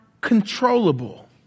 controllable